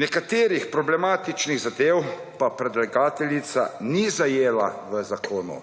Nekaterih problematičnih zadev pa predlagateljica ni zajela v zakonu.